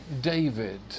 David